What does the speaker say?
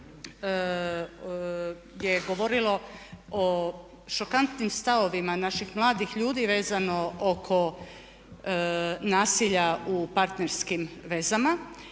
je govorilo o šokantnim stavovima naših mladih ljudi vezano oko nasilja u partnerskim vezama